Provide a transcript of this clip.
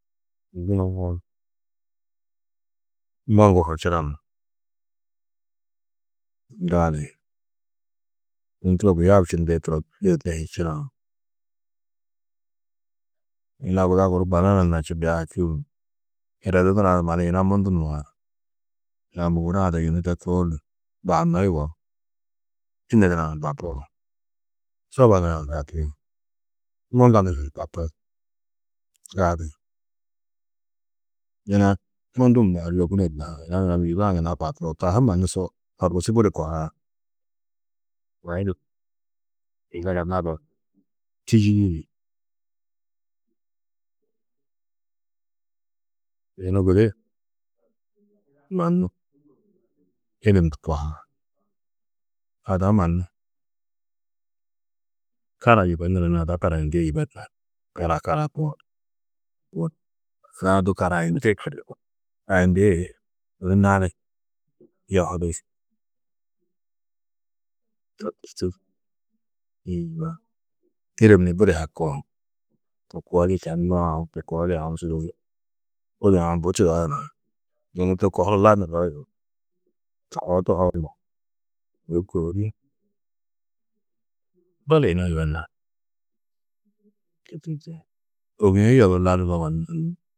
Ndû nuwo moŋgo ho činaa, gali yunu turo gôyav čindĩ turo činau, yina guda guru banana na čindiã čûuŋu. Eredu nurã du mannu yina mundu mûar. Yina mûurã du yunu de bahunnó yugó. Tînne nurã ni bapo, soba nurã ni bapi, moŋga nurã ni bapi, gali yina mundu mûar, lêmune na yina taa ha mannu su horkusu budi kohaar. zaga nadooni tîyii ni, yunu gudi mannu îlim du kohaar. Ada mannu kara yibenuru ni ada karayindĩ yibenar. Kara ada-ã du karayindi karayindi ni yunu naani yohudi, to tûrtu îlim ni budi hakuo. To koo di tani aũ to koo di aũ yunu de kohuru lanurdo yugó. To koo tohoo budi yina yibenar ôgie yoburu lanumo.